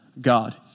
God